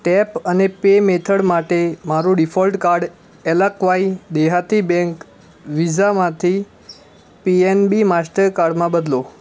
ટૅપઅને pay method માટે મારું default card એલ્લાક્વાઈ દેહાતી બૅંક વિઝામાંથી પી એન બી માસ્ટરકાર્ડમાં બદલો